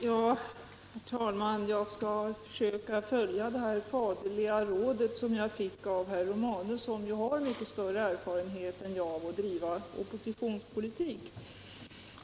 Herr talman! Jag skall försöka följa herr Romanus faderliga råd — han har ju större erfarenhet än jag att driva oppositionspolitik.